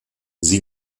sie